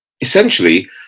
essentially